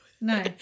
no